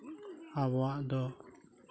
ᱟᱵᱚᱣᱟᱜ ᱫᱚ